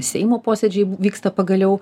seimo posėdžiai vyksta pagaliau